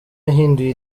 yahinduye